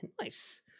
nice